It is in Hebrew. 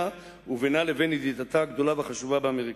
ובינה לבין ידידתה הגדולה והחשובה באמריקה.